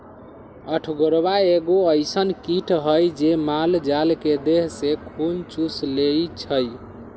अठगोरबा एगो अइसन किट हइ जे माल जाल के देह से खुन चुस लेइ छइ